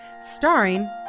starring